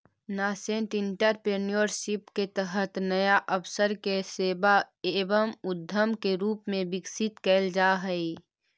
nascent entrepreneurship के तहत नया अवसर के सेवा एवं उद्यम के रूप में विकसित कैल जा हई